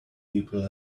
people